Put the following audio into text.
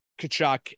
Kachuk